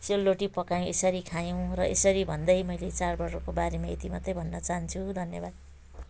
सेलरोटी पकाएँ यसरी खायौँ र यसरी भन्दै मैले चाडबाडहरूको बारेमा यति मात्रै भन्न चाहन्छु धन्यवाद